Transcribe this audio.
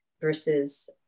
versus